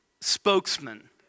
spokesman